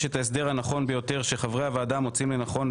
את ההסדר הנכון ביותר שחברי הוועדה מוצאים לנכון,